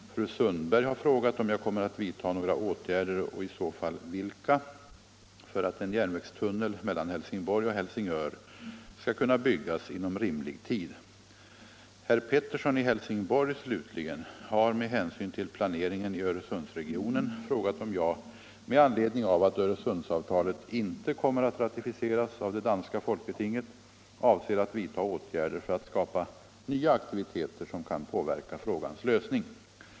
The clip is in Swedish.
Fru Sundberg har frågat om jag kommer att vidta några åtgärder, och i så fall vilka, för att en järnvägstunnel mellan Helsingborg och Helsingör skall kunna byggas inom rimlig tid. Herr Pettersson i Helsingborg slutligen har med hänsyn till planeringen i Öresundsregionen frågat om jag, med anledning av att Öresundsavtalet inte kommer att ratificeras av det danska folketinget, avser att vidta åtgärder för att skapa nya aktiviteter som kan påverka frågans lösning.